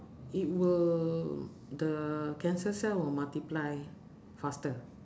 it will the cancer cell will multiply faster